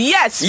Yes